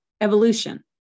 evolution